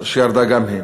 ירדה גם היא.